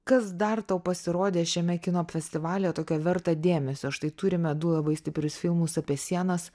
kas dar tau pasirodė šiame kino festivalyje tokio verta dėmesio štai turime du labai stiprius filmus apie sienas